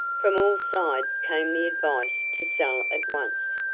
from all sides came the advice to sell at once,